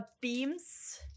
beams